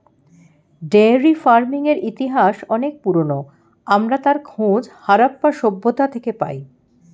dairy ফার্মিংয়ের ইতিহাস অনেক পুরোনো, আমরা তার খোঁজ হারাপ্পা সভ্যতা থেকে পাই